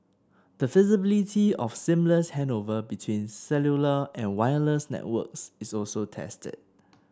the feasibility of seamless handover between cellular and wireless networks is also tested